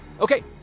Okay